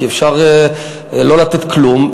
כי אפשר לא לתת כלום,